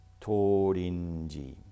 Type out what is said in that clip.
Torinji